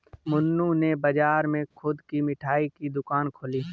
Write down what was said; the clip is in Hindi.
मन्नू ने बाजार में खुद की मिठाई की दुकान खोली है